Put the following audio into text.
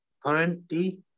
Currently